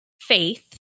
Faith